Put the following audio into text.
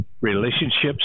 relationships